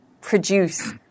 produce